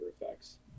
effects